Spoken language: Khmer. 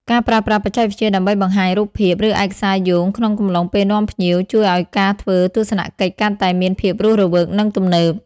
ការប្រើប្រាស់បច្ចេកវិទ្យាដើម្បីបង្ហាញរូបភាព ឬឯកសារយោងក្នុងកំឡុងពេលនាំភ្ញៀវ ជួយឱ្យការធ្វើទស្សនកិច្ចកាន់តែមានភាពរស់រវើក និងទំនើប។